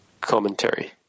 Commentary